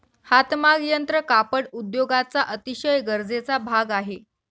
हातमाग यंत्र कापड उद्योगाचा अतिशय गरजेचा भाग आहे